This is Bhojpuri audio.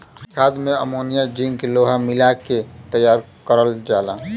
खाद में अमोनिया जिंक लोहा मिला के तैयार करल जाला